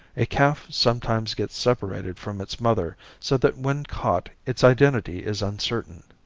a calf sometimes gets separated from its mother so that when caught its identity is uncertain.